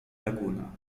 laguna